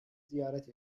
ziyaret